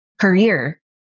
career